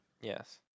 Yes